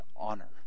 honor